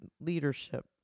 leadership